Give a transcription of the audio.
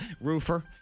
Roofer